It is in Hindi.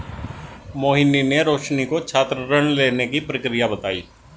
मोहिनी ने रोशनी को छात्र ऋण लेने की प्रक्रिया बताई